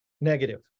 Negative